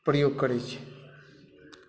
प्रयोग करै छी